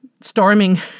storming